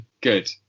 good